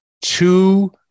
two